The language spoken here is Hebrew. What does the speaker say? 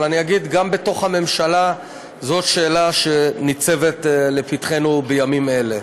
אבל אני אגיד: גם בתוך הממשלה זו שאלה שניצבת לפתחנו בימים אלה.